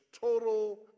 total